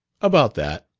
about that.